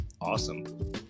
awesome